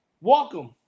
welcome